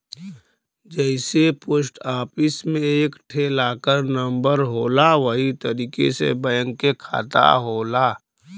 जइसे post office मे एक ठे लाकर नम्बर होला वही तरीके से बैंक के खाता होला